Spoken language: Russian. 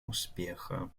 успеха